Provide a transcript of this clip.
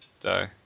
die